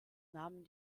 nahmen